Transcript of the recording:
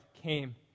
came